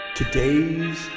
today's